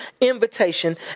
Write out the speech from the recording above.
Invitation